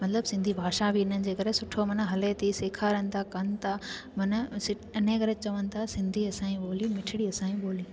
मतिलबु सिंधी भाषा बि इन्हनि जे करे सुठो माना हले थी सेखारनि था कनि था माना इन जे करे चवनि था सिंधी असांजी ॿोली मिठड़ी असांजी ॿोली